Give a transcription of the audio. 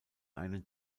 einen